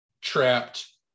trapped